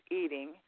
eating